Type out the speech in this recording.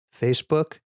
Facebook